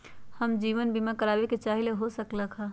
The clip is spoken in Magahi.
हम जीवन बीमा कारवाबे के चाहईले, हो सकलक ह?